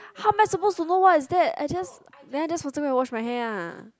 how am I supposed to know what is that I just then I just faster go and wash my hair ah